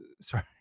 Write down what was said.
sorry